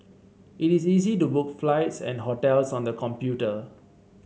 it is easy to book flights and hotels on the computer